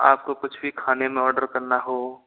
आपको कुछ भी खाने में ऑर्डर करना हो